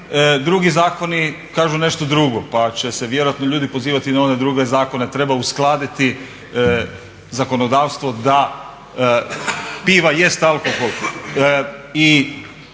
drugi zakoni kažu nešto drugo pa će se vjerojatno ljudi pozivati na one druge zakone. Treba uskladiti zakonodavstvo da piva jest alkohol